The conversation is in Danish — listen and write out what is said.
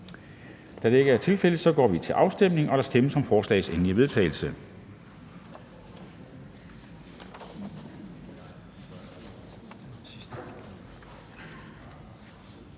Da det ikke er tilfældet, går vi til afstemning om lovforslagets endelige vedtagelse.